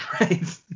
Right